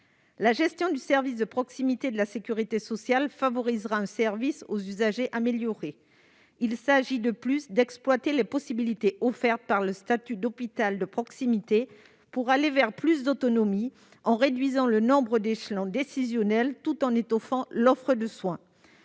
La gestion du service de proximité de la sécurité sociale favorisera l'amélioration du service aux usagers. Il s'agit de plus d'exploiter les possibilités offertes par le statut d'hôpital de proximité pour aller vers plus d'autonomie, en réduisant le nombre d'échelons décisionnels, tout en étoffant l'offre de soins.